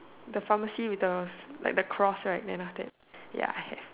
the pharmacy with the like the cross right then after that ya I have